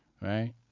right